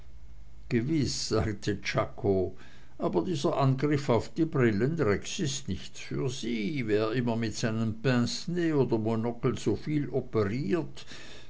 gewiß sagte czako aber dieser angriff auf die brillen rex ist nichts für sie wer mit seinem pincenez oder monocle soviel operiert